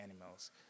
animals